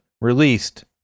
released